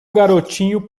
garotinho